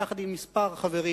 יחד עם כמה חברים,